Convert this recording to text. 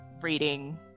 reading